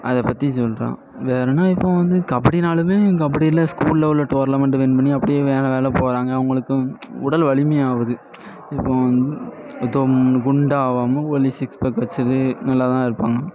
அதை பற்றி சொல்கி றோம் வேறன்னா இப்போது வந்து கபடினாலுமே இங்கே அப்படி இல்லை ஸ்கூலில் உள்ள டோர்லமெண்ட் வின் பண்ணி அப்படியே வேற வேலை போகிறாங்க அவங்களுக்கும் உடல் வலிமையாகுது இப்போம் தோ குண்டா ஆகாமா ஒல்லி சிக்ஸ் பேக் வச்சிட்டு நல்லா தான் இருப்பாங்க